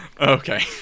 okay